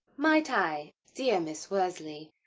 might i, dear miss worsley,